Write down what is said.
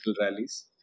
rallies